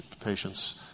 patients